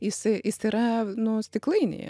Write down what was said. is is yra nu stiklainyje